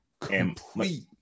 Complete